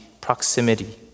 proximity